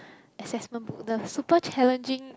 assessment book the super challenging